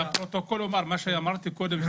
אני רוצה לומר לפרוטוקול לגבי מה שאמרתי קודם,